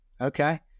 Okay